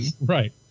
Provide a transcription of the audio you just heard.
right